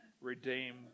redeem